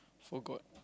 forgot